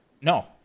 no